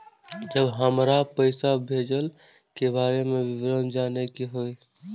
जब हमरा पैसा भेजय के बारे में विवरण जानय के होय?